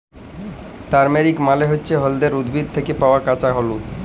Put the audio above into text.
turmeric মালে হচ্যে হল্যদের উদ্ভিদ থ্যাকে পাওয়া কাঁচা হল্যদ